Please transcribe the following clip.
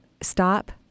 Stop